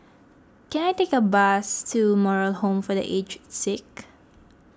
can I take a bus to Moral Home for the Aged Sick